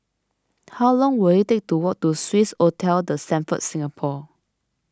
how long will it take to walk to Swissotel the Stamford Singapore